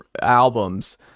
albums